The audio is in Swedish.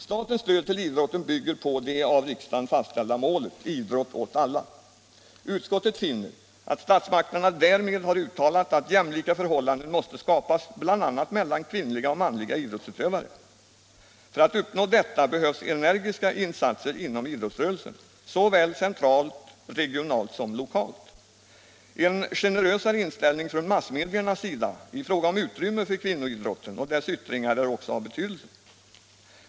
Statens stöd till idrotten bygger på det av riksdagen fastställda målet —- idrott åt alla. Utskottet finner att statsmakterna därmed har uttalat att jämlika förhållanden måste skapas bl.a. mellan kvinnliga och manliga idrottsutövare. För att uppnå detta behövs energiska insatser inom idrottsrörelsen, såväl centralt som regionalt och lokalt. En generösare inställning från massmediernas sida i fråga om utrymme för kvinnoidrotten och dess yttringar är också av betydelse.